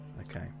Okay